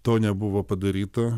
to nebuvo padaryta